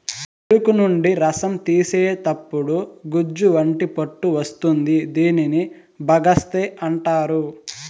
చెరుకు నుండి రసం తీసేతప్పుడు గుజ్జు వంటి పొట్టు వస్తుంది దీనిని బగస్సే అంటారు